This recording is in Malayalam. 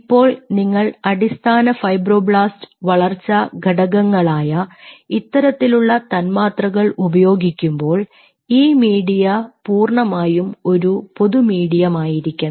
ഇപ്പോൾ നിങ്ങൾ അടിസ്ഥാന ഫൈബ്രോബ്ലാസ്റ്റ് വളർച്ചാ ഘടകങ്ങളായ ഇത്തരത്തിലുള്ള തന്മാത്രകൾ ഉപയോഗിക്കുമ്പോൾ ഈ മീഡിയ പൂർണ്ണമായും ഒരു പൊതു മീഡിയമായിരിക്കണം